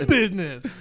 business